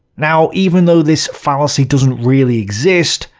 now, even though this fallacy doesn't really exist,